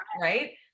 right